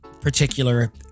particular